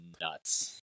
nuts